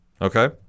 Okay